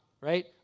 right